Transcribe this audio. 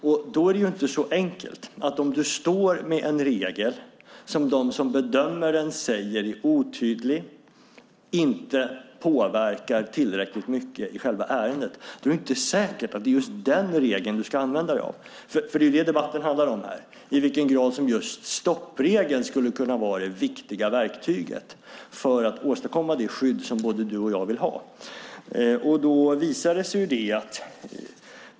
Det hela är inte så enkelt. Om man står med en regel som de som bedömer den säger är otydlig och inte påverkar tillräckligt mycket i själva ärendet är det inte säkert att det är den regeln man ska använda sig av. Debatten handlar alltså om i vilken grad just stoppregeln skulle kunna vara det viktiga verktyget för att åstadkomma det skydd som både Åsa Romson och jag vill ha.